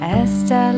esta